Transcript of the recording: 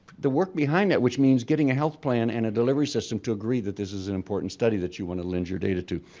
the work behind that which means getting a health plan and a delivery system to agree that this is an important study that you want to lend your data to.